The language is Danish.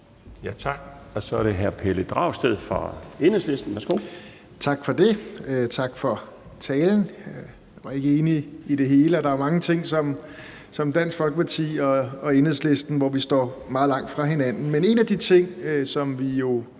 Tak. Så er det hr. Pelle Dragsted fra Enhedslisten. Værsgo. Kl. 21:02 Pelle Dragsted (EL): Tak for det. Tak for talen. Jeg var ikke enig i det hele, og der er mange ting, hvor Dansk Folkeparti og Enhedslisten står meget langt fra hinanden. Men en af de ting, som vi jo